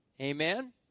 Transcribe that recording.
Amen